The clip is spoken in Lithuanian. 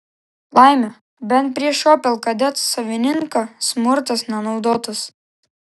laimė bent prieš opel kadet savininką smurtas nenaudotas